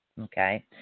okay